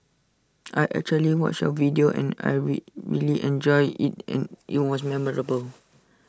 I actually watched your video and really enjoyed IT and IT was memorable